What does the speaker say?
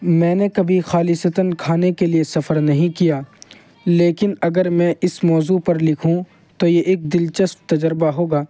میں نے کبھی خالصتاً کھانے کے لیے سفر نہیں کیا لیکن اگر میں اس موضوع پر لکھوں تو یہ ایک دلچسپ تجربہ ہوگا